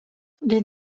les